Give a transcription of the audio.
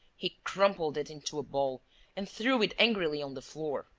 he crumpled it into a ball and threw it angrily on the floor.